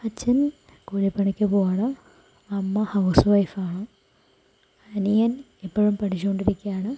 അച്ഛൻ കൂലി പണിക്ക് പോകുവാണ് അമ്മ ഹൌസ്വൈഫാണ് അനിയൻ ഇപ്പോഴും പഠിച്ചോണ്ടിരിക്കയാണ്